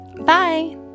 bye